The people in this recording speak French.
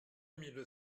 mille